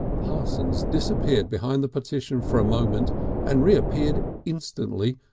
parsons disappeared behind the partition for a moment and reappeared instantly,